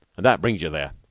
and that brings you there.